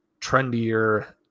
trendier